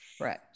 Right